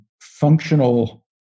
functional